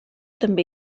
també